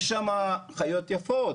יש שם חיות יפות,